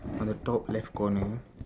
on the top left corner